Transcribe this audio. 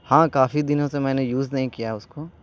ہاں کافی دنوں سے میں نے یوز نہیں کیا اس کو